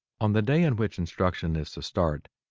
on the day in which instruction is to start,